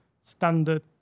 standard